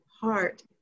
heart